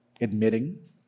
admitting